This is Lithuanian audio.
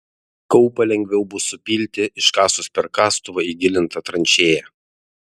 kaupą lengviau bus supilti iškasus per kastuvą įgilintą tranšėją